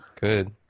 Good